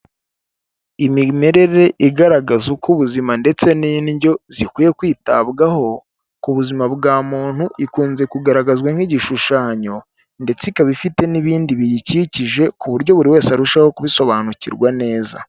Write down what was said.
Imimerere igaragaza uko ubuzima ndetse n'indyo zikwiye kwitabwaho, ku buzima bwa muntu ikunze kugaragazwa nk'igishushanyo ndetse ikaba ifite n'ibindi biyikikije ku buryo buri wese arushaho kubisobanukirwa neza.